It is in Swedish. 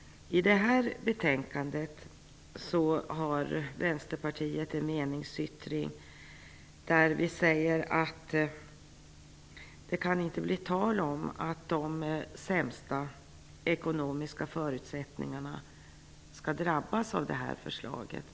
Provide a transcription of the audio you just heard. Vänsterpartiet har fogat en meningsyttring till betänkandet. Vi säger att det inte kan bli tal om att de som har de sämsta ekonomiska förutsättningarna skall drabbas av förslaget.